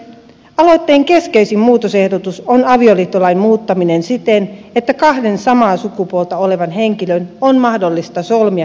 aloitteen keskeisin muutosehdotus on avioliittolain muuttaminen siten että kahden samaa sukupuolta olevan henkilön on mahdollista solmia keskenään avioliitto